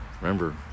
Remember